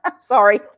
Sorry